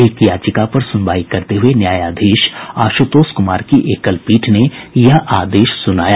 एक याचिका पर सुनवाई करते हुए न्यायाधीश आश्रतोष कुमार की एकलपीठ ने यह आदेश सुनाया